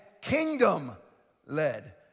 kingdom-led